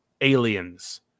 aliens